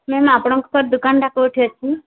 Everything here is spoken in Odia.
ମ୍ୟାମ୍ ଆପଣଙ୍କର୍ ଦୁକାନ୍ଟା କୋଉଠି ଅଛି